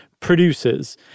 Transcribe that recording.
produces